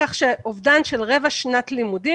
כך שאובדן של רבע שנת לימוד,